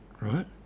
right